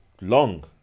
long